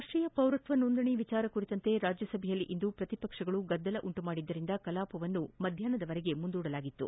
ರಾಷೀಯ ಪೌರತ್ನ ನೋಂದಣಿ ವಿಷಯ ಕುರಿತಂತೆ ರಾಜ್ಯಸಭೆಯಲ್ಲಿಂದು ಪ್ರತಿಪಕ್ಷಗಳು ಗದ್ದಲ ಉಂಟು ಮಾಡಿದ್ದರಿಂದ ಕಲಾಪವನ್ನು ಮಧ್ಯಾಷ್ಟಕ್ಕೆ ಮುಂದೂಡಲಾಯಿತು